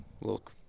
look